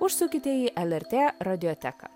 užsukite į lrt radioteką